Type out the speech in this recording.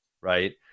right